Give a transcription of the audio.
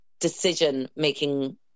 decision-making